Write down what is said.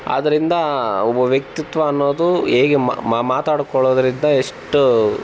ಆದ್ದರಿಂದ ಒಬ್ಬ ವ್ಯಕ್ತಿತ್ವ ಅನ್ನೋದು ಹೇಗೆ ಮಾತಾಡಿಕೊಳ್ಳೋದ್ರಿಂದ ಎಷ್ಟು